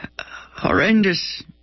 horrendous